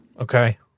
Okay